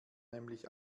nämlich